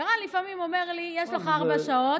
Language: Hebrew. ערן לפעמים אומר לי: יש לך ארבע שעות,